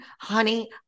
honey